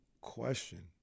question